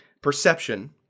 Perception